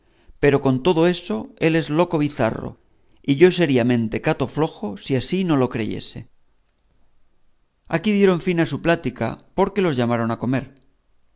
pero con todo eso él es loco bizarro y yo sería mentecato flojo si así no lo creyese aquí dieron fin a su plática porque los llamaron a comer